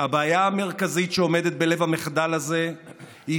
הבעיה המרכזית שעומדת בלב המחדל הזה היא